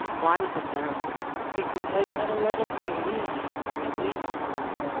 why was it better for you? because i got a lot of release and relief from it.